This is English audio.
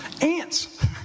Ants